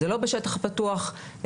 זה לא בשטח פתוח,